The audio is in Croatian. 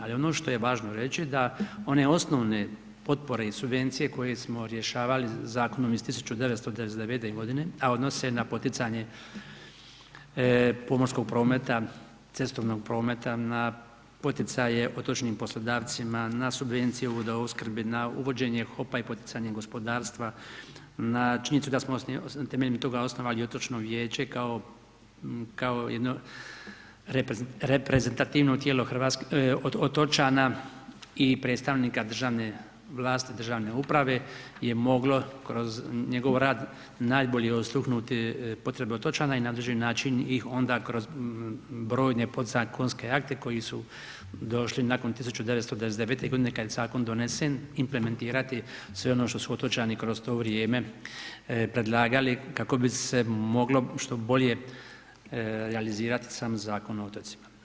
Ali ono što je važno reći da one osnovne potpore i subvencije koje smo rješavali zakonom iz 1999.g., a odnose se na poticanje pomorskog prometa, cestovnog prometa, na poticaje otočnim poslodavcima, na subvencije u vodoopskrbi, na uvođenje hopa i poticanje gospodarstva, na činjenicu da smo temeljem toga osnovali otočno vijeće kao jedno reprezentativno tijelo otočana i predstavnika državne vlasti, državne uprave je moglo kroz njegov rad najbolje osluhnuti potrebe otočana i na određeni način ih onda kroz brojne podzakonske akte koji su došli nakon 1999.g. kad je zakon donesen, implementirati sve ono što su otočani kroz to vrijeme predlagali kako bi se moglo što bolje realizirati sam Zakon o otocima.